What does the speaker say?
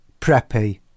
preppy